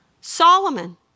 Solomon